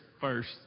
first